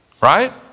Right